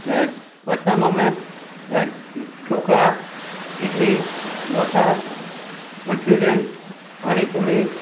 ને ફરસાણમાં અમે ઢોકળા ઈડલી ઢોસા મન્ચુરિયન પાણીપૂરી